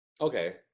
Okay